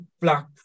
black